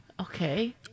Okay